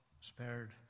spared